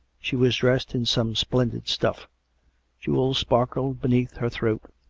she was dressed in some splendid stuff jewels sparkled beneath her throat.